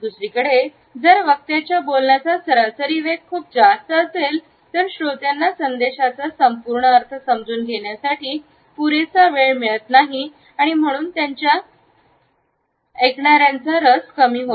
दुसरीकडे जर वक्त्याचा बोलण्याचा सरासरी वेग खूप जास्त असेल तर श्रोत्यांना संदेशाचा संपूर्ण अर्थ समजून घेण्यासाठी पुरेसा वेळ मिळत नाही आणि म्हणून त्यांच्या ऐकणेतील रस कमी होतो